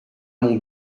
mon